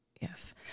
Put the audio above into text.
Yes